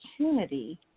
opportunity